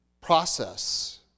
process